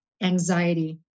anxiety